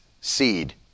seed